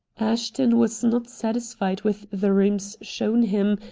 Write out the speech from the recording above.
ashton was not satisfied with the rooms shown him,